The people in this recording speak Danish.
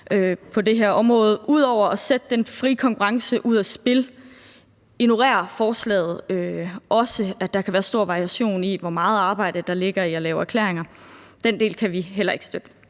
på det her område. Ud over at sætte den fri konkurrence ud af spil ignorerer forslaget også, at der kan være stor variation i, hvor meget arbejde der ligger i at lave erklæringer. Den del kan vi heller ikke støtte.